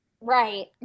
Right